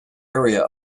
area